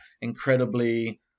incredibly